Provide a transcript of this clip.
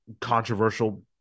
controversial